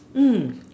mm